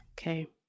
Okay